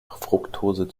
fruktose